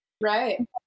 Right